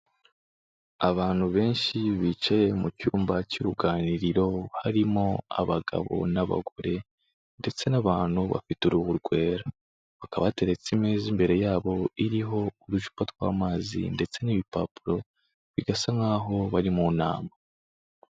Abantu benshi bicaye mu cyumba cy'uruganiriro, harimo abagabo n'abagore ndetse n'abantu bafite uruhu rwera, hakaba hateretse ameza imbere yabo iriho uducupa tw'amazi ndetse n'ibipapuro bisa nk'aho bari mu nama.